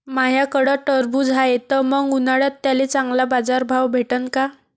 माह्याकडं टरबूज हाये त मंग उन्हाळ्यात त्याले चांगला बाजार भाव भेटन का?